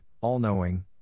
all-knowing